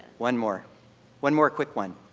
one more one more quick one.